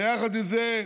ויחד עם זה,